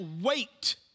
wait